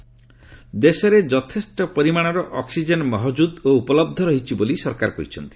oxygen ଦେଶରେ ଯଥେଷ୍ଟ ପରିମାଣର ଅକ୍ସିଜେନ ମହଜୁଦ ଓ ଉପଲବ୍ଧ ରହିଛି ବୋଲି ସରକାର କହିଛନ୍ତି